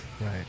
Right